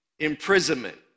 imprisonment